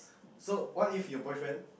so what if your boyfriend